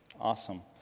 Awesome